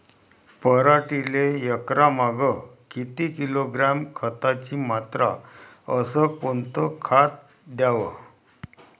पराटीले एकरामागं किती किलोग्रॅम खताची मात्रा अस कोतं खात द्याव?